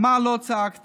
על מה לא צעקתם?